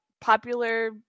popular